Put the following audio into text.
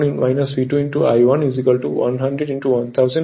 আবার V1 V2 I1 100 1000 হয়